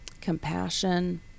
compassion